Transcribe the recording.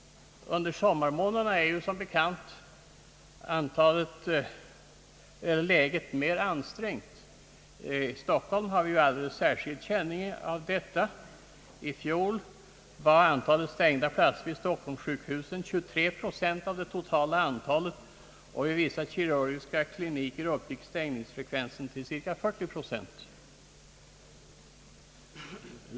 Under sommarmånaderna är läget mer ansträngt. I Stockholm har vi ju alldeles särskilt känning av detta. I fjol var antalet stängda platser vid stockholmssjukhusen 23 procent av det totala antalet platser, och vid vissa kirurgiska kliniker uppgick stängningsfrekvensen till cirka 40 procent.